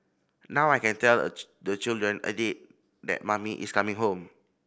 now I can tell the children a date that mummy is coming home